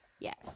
yes